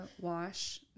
wash